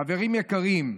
חברים יקרים,